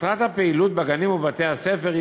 מטרת הפעילות בגנים ובבתי-הספר היא